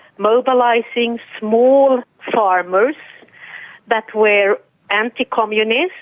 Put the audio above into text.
mobilising small farmers that were anti-communist,